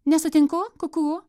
nesutinku kukū